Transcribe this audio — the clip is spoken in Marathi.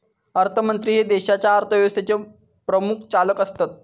अर्थमंत्री हे देशाच्या अर्थव्यवस्थेचे प्रमुख चालक असतत